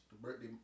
birthday